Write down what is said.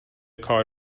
کار